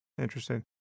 Interesting